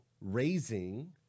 raising